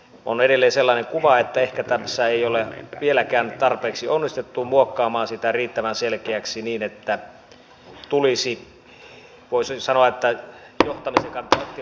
on edelleen sellainen kuva että ehkä tässä ei ole vieläkään tarpeeksi onnistuttu muokkaamaan sitä riittävän selkeäksi niin että tulisi voisin sanoa johtamisen kannalta optimaalinen malli